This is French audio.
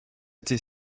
été